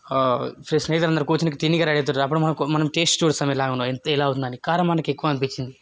స్నేహితులు అందరూ కూర్చొని తినికి రెడీ అవుతారు అప్పుడు మన మనం టేస్ట్ చూస్తాం ఎలా ఉందని కారం మనకి ఎక్కువ అనిపించింది